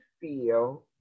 feel